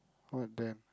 what then